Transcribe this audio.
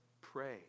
pray